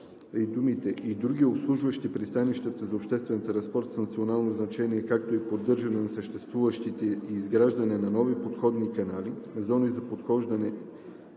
„и други, обслужващи пристанищата за обществен транспорт с национално значение, както и поддържане на съществуващите и изграждане на нови подходни канали, зони за подхождане